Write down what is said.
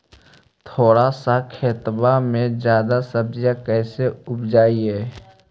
थोड़ा सा खेतबा में जादा सब्ज़ी कैसे उपजाई?